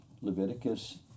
Leviticus